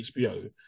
HBO